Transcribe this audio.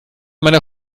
meiner